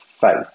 faith